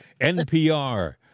NPR